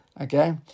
Okay